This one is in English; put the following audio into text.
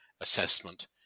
assessment